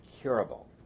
curable